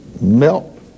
melt